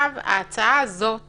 ההצעה הזאת הגדולה,